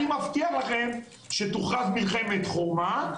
אני מבטיח לכם שתורחב מלחמת חורמה,